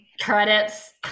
credits